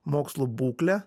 mokslu būklę